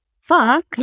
fuck